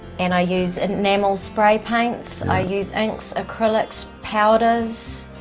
and i use enamel spray paints, i use inks, acrylics, powders